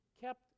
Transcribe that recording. kept